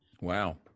Wow